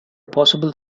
possible